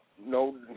No